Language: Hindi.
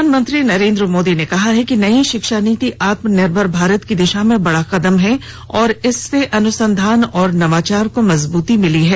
प्रधानमंत्री नरेन्द्र मोदी ने कहा कि नई शिक्षा नीति आत्मनिर्भर भारत की दिशा में बड़ा कदम है और इससे अनुसंधान और नवाचार को मजबूती मिली है